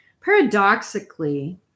Paradoxically